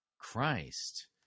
Christ